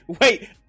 wait